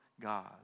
God